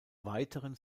weiteren